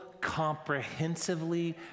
comprehensively